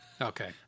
Okay